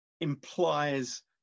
implies